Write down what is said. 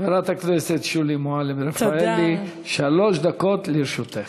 חברת הכנסת שולי מועלם-רפאלי, שלוש דקות לרשותך.